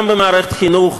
גם במערכת החינוך,